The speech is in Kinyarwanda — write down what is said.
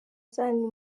zanyu